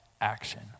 action